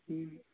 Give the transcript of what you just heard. ٹھیٖک